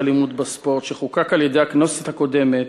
אלימות בספורט שחוקק על-ידי הכנסת הקודמת,